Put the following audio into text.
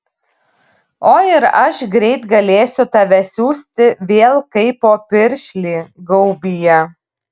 o ir aš greit galėsiu tave siųsti vėl kaipo piršlį gaubyje